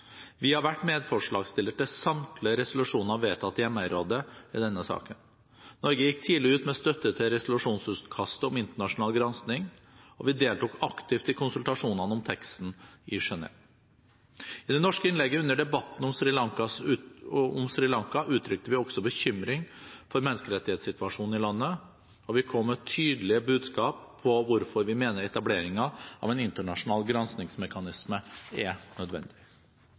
Vi har vært medforslagsstiller til samtlige resolusjoner vedtatt i MR-rådet i denne saken. Norge gikk tidlig ut med støtte til resolusjonsutkastet om internasjonal gransking, og vi deltok aktivt i konsultasjonene om teksten i Genève. I det norske innlegget under debatten om Sri Lanka uttrykte vi også bekymring over menneskerettighetssituasjonen i landet, og vi kom med tydelige budskap om hvorfor vi mener etableringen av en internasjonal granskingsmekanisme er nødvendig.